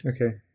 Okay